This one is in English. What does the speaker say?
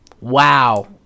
Wow